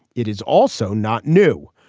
it is also not new.